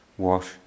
wash